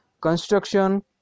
construction